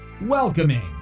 Welcoming